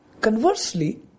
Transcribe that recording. Conversely